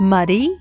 Muddy